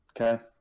okay